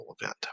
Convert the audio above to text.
event